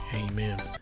Amen